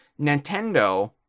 nintendo